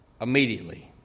immediately